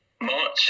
March